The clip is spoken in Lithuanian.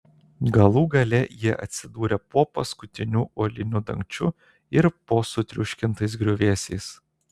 galų gale jie atsidūrė po paskutiniu uoliniu dangčiu ir po sutriuškintais griuvėsiais